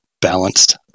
balanced